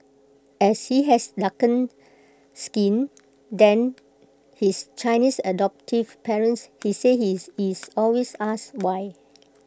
as he has darker skin than his Chinese adoptive parents he said he is is always asked why